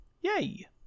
Yay